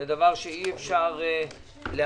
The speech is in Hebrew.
זה דבר שאי אפשר להבין,